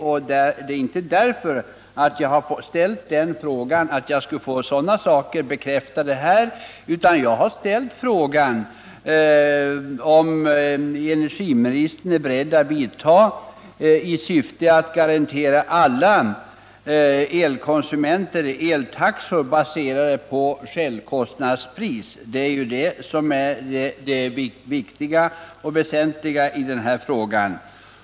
Jag har inte ställt frågan för att få sådant bekräftat här, utan jag har ställt frågan för att få svar på om statsrådet ämnar vidta åtgärder för att garantera alla elkonsumenter F-taxor baserade på självkostnadspris. Det är det väsentliga i den här frågan.